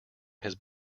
his